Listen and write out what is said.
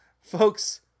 Folks